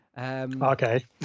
Okay